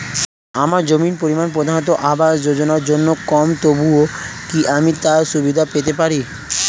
আমার জমির পরিমাণ প্রধানমন্ত্রী আবাস যোজনার জন্য কম তবুও কি আমি তার সুবিধা পেতে পারি?